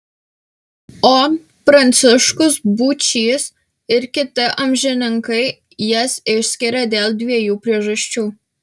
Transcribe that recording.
o pranciškus būčys ir kiti amžininkai jas išskiria dėl dviejų priežasčių